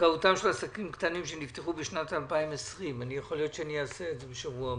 זכאותם של עסקים קטנים שנפתחו בשנת 2020. יכול להיות שאני אקיים את הדיון בשבוע הבא.